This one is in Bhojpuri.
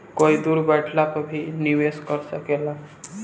कोई दूर बैठल भी निवेश कर सकेला